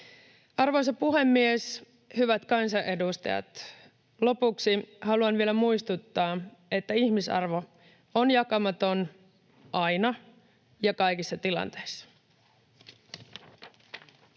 Arvoisa puhemies! Hyvät kansanedustajat! Lopuksi haluan vielä muistuttaa, että ihmisarvo on jakamaton aina ja kaikissa tilanteissa.